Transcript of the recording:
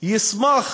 ישמח